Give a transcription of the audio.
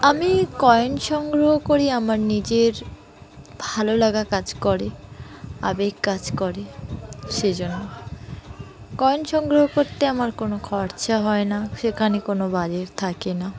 আমি কয়েন সংগ্রহ করি আমার নিজের ভালো লাগা কাজ করে আবেগ কাজ করে সেজন্য কয়েন সংগ্রহ করতে আমার কোনো খরচা হয় না সেখানে কোনো বাজেট থাকে না